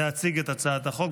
להציג את הצעת החוק.